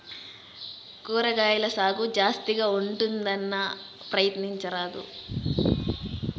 కూరగాయల సాగు జాస్తిగా ఉంటుందన్నా, ప్రయత్నించరాదూ